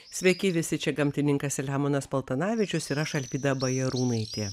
sveiki visi čia gamtininkas selemonas paltanavičius ir aš alvyda bajarūnaitė